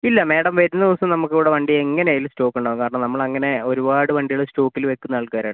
ഇല്ല മാഡം വരുന്നദിവസം നമുക്കിവിടെ വണ്ടി എങ്ങനേയായാലും സ്റ്റോക്ക് ഉണ്ടാവും കാരണം നമ്മളിങ്ങനെ ഒരുപാട് വണ്ടികൾ സ്റ്റോക്കിൽ വയ്ക്കുന്ന ആൾക്കാരാണ്